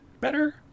better